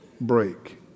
break